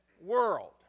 world